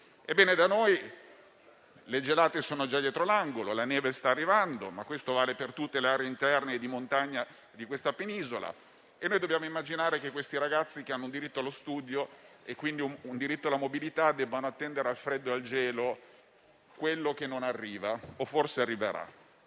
Ebbene, da noi le gelate sono già dietro l'angolo e la neve sta arrivando, ma questo vale per tutte le aree interne di montagna di questa penisola. Dobbiamo immaginare che questi ragazzi, che hanno un diritto allo studio e quindi alla mobilità, debbono attendere al freddo e al gelo quello che non arriva o forse arriverà.